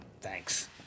Thanks